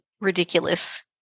ridiculous